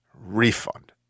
refund